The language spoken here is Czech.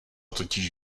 totiž